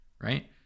right